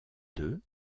deux